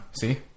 See